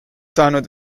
saanud